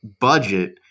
budget